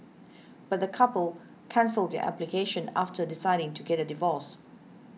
but the couple cancelled their application after deciding to get a divorce